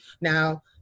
Now